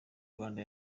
rwanda